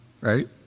Right